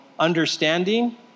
understanding